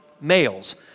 males